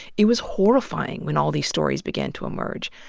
it was horrifying when all these stories began to emerge,